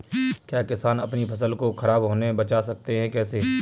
क्या किसान अपनी फसल को खराब होने बचा सकते हैं कैसे?